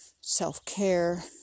self-care